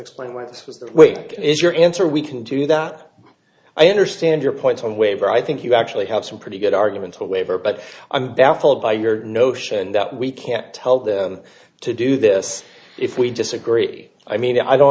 explain why this is your answer we can do that i understand your point on waiver i think you actually have some pretty good arguments for a waiver but i'm baffled by your notion that we can't tell them to do this if we disagree i mean i don't